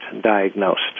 diagnosed